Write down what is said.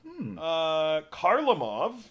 Karlamov